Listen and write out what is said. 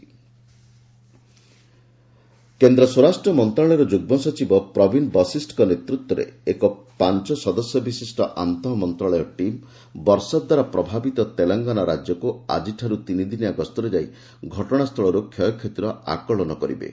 Central team Telangana କେନ୍ଦ୍ରସ୍ୱରାଷ୍ଟ୍ର ମନ୍ତ୍ରଣାଳୟର ଯୁଗ୍ମସଚିବ ପ୍ରବୀନ୍ ବଶିଷ୍ଣଙ୍କ ନେତୃତ୍ୱରେ ଏକ ପାଂଚସଦସ୍ୟ ବିଶିଷ୍ଟ ଆନ୍ତଃମନ୍ତ୍ରଣାଳୟ ଟିମ୍ ବର୍ଷାଦ୍ୱାରା ପ୍ରଭାବିତ ତେଲେଙ୍ଗାନା ରାଜ୍ୟକୁ ଆଜିଠାରୁ ତିନିଦିନିଆ ଗସ୍ତରେ ଯାଇ ଘଟଣାସ୍ଥଳରୁ କ୍ଷୟକ୍ଷତିର ଆକଳନ କରିବେ